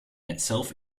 itself